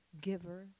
giver